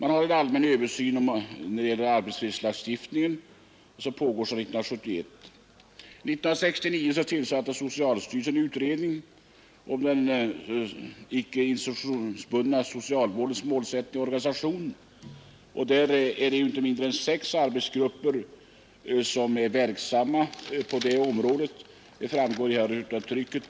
En allmän översyn av arbetsfredslagstiftningen pågår sedan 1971. År 1969 tillsatte socialstyrelsen en utredning om den icke institutionsbundna socialvårdens målsättning och organisation. Inte mindre än sex arbetsgrupper är verksamma på området — det framgår på s. 8 i betänkandet.